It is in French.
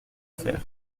fère